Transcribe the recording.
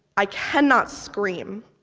i cannot scream.